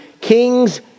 kings